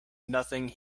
nothing